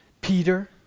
Peter